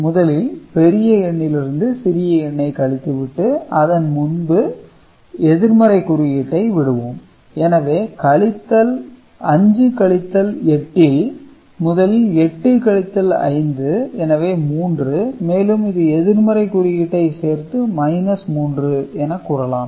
முதலில் பெரிய எண்ணிலிருந்து சிறிய எண்ணை கழித்துவிட்டு அதன் முன்பே எதிர்மறை குறியீட்டை விடுவோம் எனவே 5 கழித்தல் 8 ல் முதலில் 8 கழித்தல் 5 எனவே 3 மேலும் இது எதிர்மறை குறியீட்டை சேர்த்து 3 என கூறலாம்